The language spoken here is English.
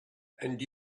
and